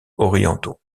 orientaux